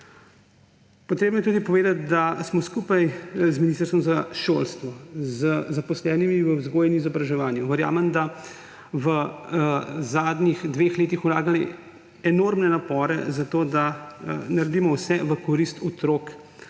Potrebno je tudi povedati, da smo skupaj z Ministrstvom za šolstvo, z zaposlenimi v vzgoji in izobraževanju, verjamem, da v zadnjih dveh letih vlagali enormne napore za to, da naredimo vse v korist otrok